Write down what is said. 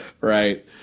Right